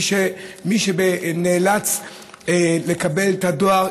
מי שנאלץ לקבל את הדואר,